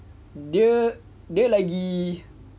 dia dia lagi